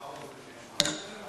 חברי חברי הכנסת לא סגן השר,